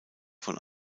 von